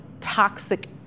toxic